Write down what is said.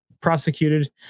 prosecuted